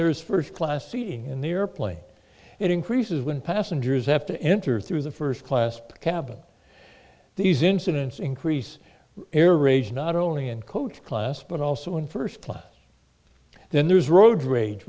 there's first class seating in the airplane it increases when passengers have to enter through the first class cabin these incidents increase air rage not only in coach class but also in first class then there's road rage